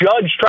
Judge